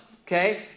Okay